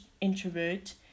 introvert